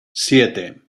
siete